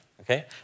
okay